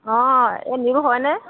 অ' এই নিৰু হয়নে